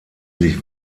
sich